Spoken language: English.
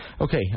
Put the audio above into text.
okay